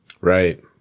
Right